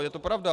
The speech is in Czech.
Je to pravda.